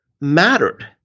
mattered